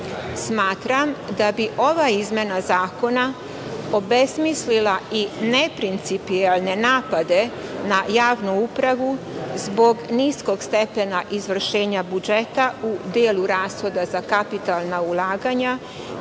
ciklusa. Smatram da bi ova izmena zakona obesmislila i neprincipijelne napade na javnu upravu zbog niskog stepena izvršenja budžeta u delu rashoda za kapitalna ulaganja